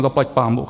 No, zaplaťpánbůh!